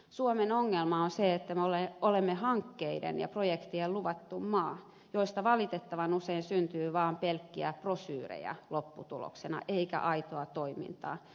suomen ongelma on se että me olemme hankkeiden ja projektien luvattu maa joista valitettavan usein syntyy vaan pelkkiä brosyyreja lopputuloksena eikä aitoa toimintaa